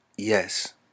Yes